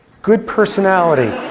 good personality.